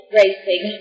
racing